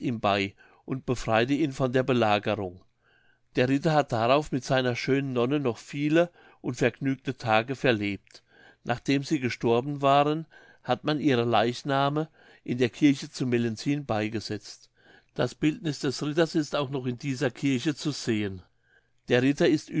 bei und befreiete ihn von der belagerung der ritter hat darauf mit seiner schönen nonne noch viele und vergnügte tage verlebt nachdem sie gestorben waren hat man ihre leichname in der kirche zu mellenthin beigesetzt das bildniß des ritters ist auch noch in dieser kirche zu sehen der ritter ist